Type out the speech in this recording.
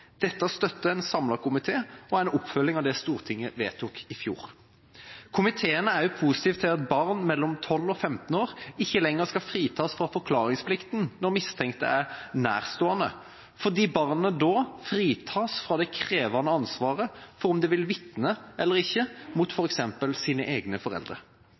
Dette støtter en samlet komité og er en oppfølging av det Stortinget vedtok i fjor. Komiteen er også positiv til at barn mellom 12 og 15 år ikke lenger skal fritas fra forklaringsplikten når mistenkte er nærstående, fordi barnet da fritas fra det krevende ansvaret for om det vil vitne eller ikke mot f.eks. sine egne foreldre.